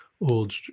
old